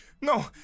No